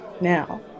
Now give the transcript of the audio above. Now